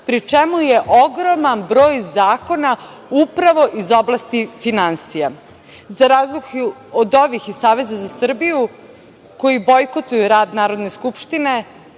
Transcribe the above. pri čemu je ogroman broj zakona upravo iz oblasti finansija. Za razliku od ovih iz Saveza za Srbiju, koji bojkotuju rad Narodne skupštine